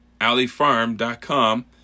Alleyfarm.com